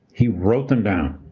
he wrote them down.